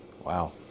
Wow